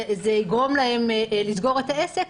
זה יגרום להם לסגור את העסק.